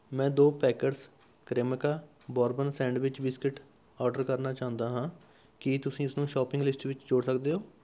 ਮੈਂ ਦੋ packets Cremica bourbon sandwich biscuit order ਕਰਨਾ ਚਾਹੁੰਦਾ ਹਾਂ ਕੀ ਤੁਸੀਂ ਇਸ ਨੂੰ ਸ਼ਾਪਿੰਗ ਲਿਸਟ ਵਿੱਚ ਜੋੜ ਸਕਦੇ ਹੋ